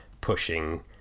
pushing